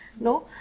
no